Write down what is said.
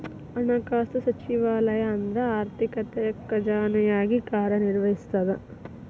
ಹಣಕಾಸು ಸಚಿವಾಲಯ ಅಂದ್ರ ಆರ್ಥಿಕತೆಯ ಖಜಾನೆಯಾಗಿ ಕಾರ್ಯ ನಿರ್ವಹಿಸ್ತದ